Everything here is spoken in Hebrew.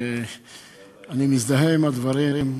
שאני מזדהה עם הדברים,